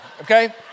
okay